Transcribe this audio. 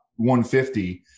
150